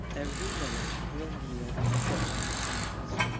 every village will yield such examples.